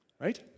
Right